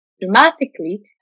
Dramatically